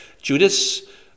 Judas